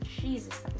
Jesus